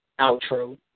outro